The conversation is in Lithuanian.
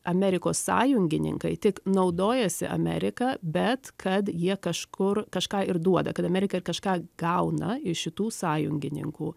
amerikos sąjungininkai tik naudojasi amerika bet kad jie kažkur kažką ir duoda kad amerika ir kažką gauna iš šitų sąjungininkų